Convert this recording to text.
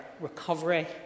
recovery